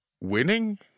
winning